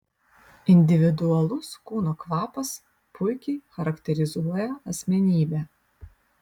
individualus kūno kvapas puikiai charakterizuoja asmenybę